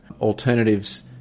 Alternatives